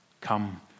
come